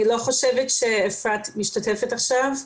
אני לא חושבת שאפרת משתתפת עכשיו בדיון.